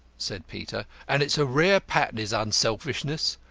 said peter and it's a rare pattern is unselfishness.